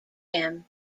him